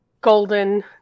golden